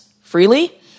freely